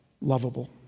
lovable